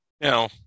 now